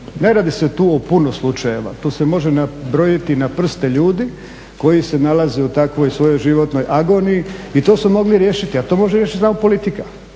Ne radi se tu o puno slučajeva, tu se može nabrojiti na prste ljudi koji se nalaze u takvoj svojoj životnoj agoniji i to su mogli riješiti, a to može riješiti samo politika.